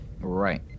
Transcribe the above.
Right